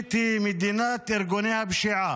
השלישית היא מדינת ארגוני הפשיעה.